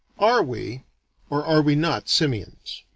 are we or are we not simians?